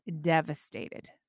devastated